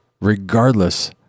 regardless